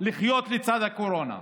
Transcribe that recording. לחיות לצד הקורונה.